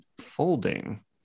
folding